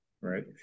right